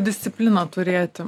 discipliną turėti